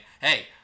hey